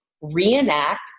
reenact